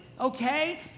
Okay